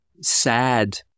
sad